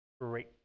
Great